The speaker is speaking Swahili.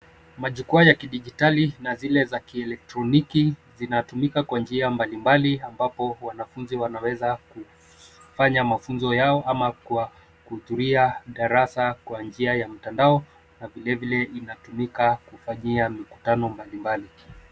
Majukwaa ya kidijitali na zile za kielektroniki zinatumika kwa njia mbalimbali ambapo wanafunzi wanaweza kufanya mafunzo yao ama kuhudhuria darasa kwa njia ya mtandao. Na vilvile, inatumika kufanyia mikutano mbalimbali.